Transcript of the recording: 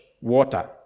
water